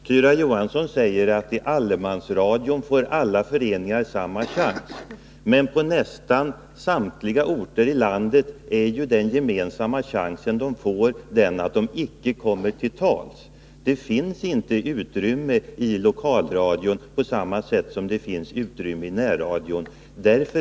Herr talman! Tyra Johansson säger att alla föreningar får samma chans i allemansradion. Men på nästan alla orter är den gemensamma chansen den att de icke kommer till tals. Det finns inte utrymme i lokalradion på samma sätt som i närradion.